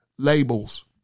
Labels